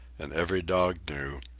and every dog knew,